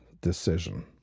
decision